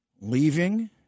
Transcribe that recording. leaving